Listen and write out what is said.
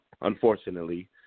unfortunately